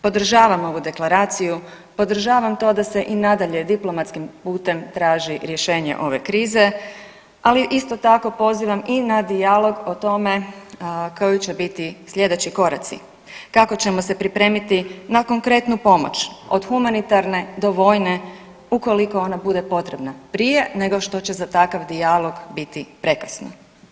Podržavam ovu deklaraciju, podržavam to da se i nadalje diplomatskim putem traži rješenje ove krize, ali isto tako pozivam i na dijalog o tome koji će biti sljedeći koraci, kako ćemo se pripremiti na konkretnu pomoć od humanitarne do vojne ukoliko ona bude potrebna, prije nego što će za takav dijalog biti prekasno.